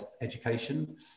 education